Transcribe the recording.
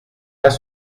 pas